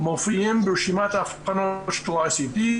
מופיעות ברשימת האבחנות של ICD,